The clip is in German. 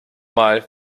mal